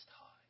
high